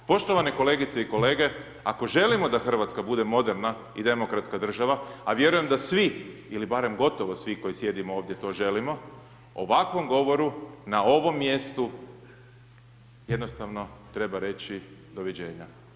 Poštovane kolegice i kolege, ako želimo da Hrvatska bude moderna i demokratska država, a vjerujem da svi ili barem gotovo svi koji sjedimo ovdje to želimo, ovakvom govoru, na ovom mjestu, jednostavno treba reći doviđenja.